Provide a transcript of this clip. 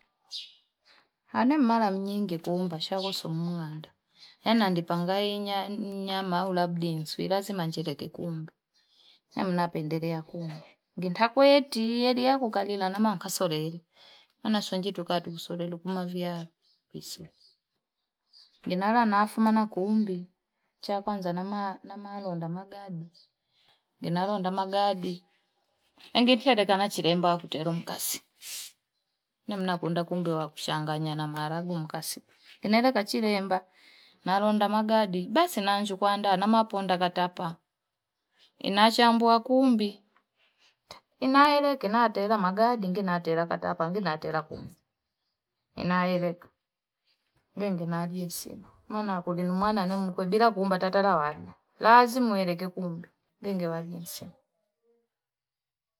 Ane mmara mnyingi kuunga shako sigumng'ande na ndani panga yenya nyama labada si lazima njelege kumbi na nna pendelea kunde, ngitakwetii heri yaku kalila na makasoleli kumavia iso. Inara nafuma na kuumri chakwanza nalonda magadi ninalonda magadiengetelekana chilemba kutero mkasi namnakunda kumbe wakuchanganyana maragu nkasi, ineleka chilemba nalonda magadi basi nachukua kuandaa na mapunda katapaa inachambua kumbi inaeleka tela magadi nginatela katapa nginatela kuni naeleka. Jenge nalie simu mwana kuni mwana bila kumba ta talawani lazima neke kumbi jenge wajunsia.